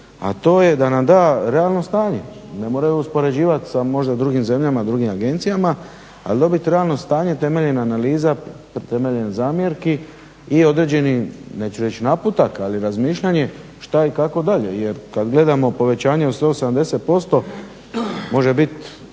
a to je da nam da realno stanje. Ne moraju uspoređivati sa možda drugim zemljama, drugim agencijama. Ali dobit realno stanje temeljem analiza, temeljem zamjerki i određeni neću reći naputak, ali razmišljanje šta i kako dalje. Jer kad gledamo povećanje od 180% može bit